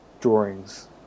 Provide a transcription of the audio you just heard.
drawings